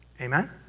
Amen